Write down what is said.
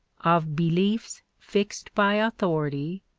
of beliefs fixed by authority,